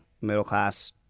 middle-class